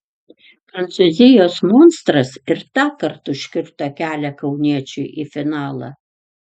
prancūzijos monstras ir tąkart užkirto kelią kauniečiui į finalą